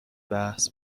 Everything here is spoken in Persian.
بحث